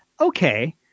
okay